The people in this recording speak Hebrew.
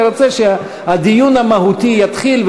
ואני רוצה שהדיון המהותי יתחיל,